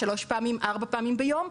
3-4 פעמים ביום,